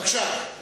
בבקשה.